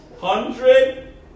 hundred